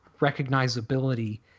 recognizability